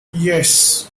yes